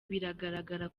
bigaragara